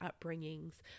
upbringings